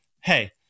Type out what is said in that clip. hey